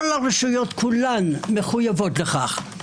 כל הרשויות כולן מחויבות לכן.